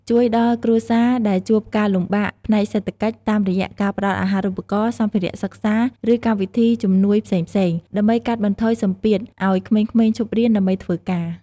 ជួយដល់គ្រួសារដែលជួបការលំបាកផ្នែកសេដ្ឋកិច្ច តាមរយៈការផ្តល់អាហារូបករណ៍ សម្ភារៈសិក្សា ឬកម្មវិធីជំនួយផ្សេងៗ ដើម្បីកាត់បន្ថយសម្ពាធឱ្យក្មេងៗឈប់រៀនដើម្បីធ្វើការ។